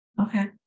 Okay